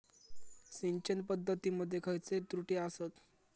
सिंचन पद्धती मध्ये खयचे त्रुटी आसत?